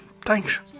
thanks